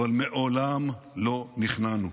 אבל מעולם לא נכנענו.